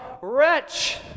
wretch